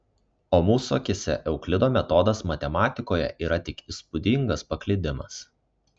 o mūsų akyse euklido metodas matematikoje yra tik įspūdingas paklydimas